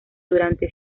durante